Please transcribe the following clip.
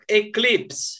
eclipse